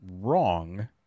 wrong